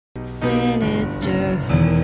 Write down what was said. Sinister